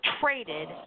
traded